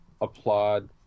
applaud